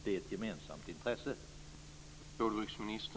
Det är ett gemensamt intresse.